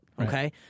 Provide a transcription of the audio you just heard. Okay